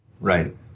Right